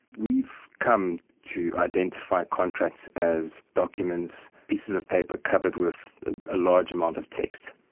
we've come to identify contracts as documents, pieces of paper covered with a large amount of text.